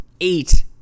eight